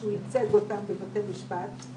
שהוא ייצג אותם בבתי משפט,